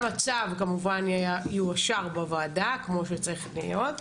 גם הצו, כמובן, יאושר בוועדה, כמו שצריך להיות.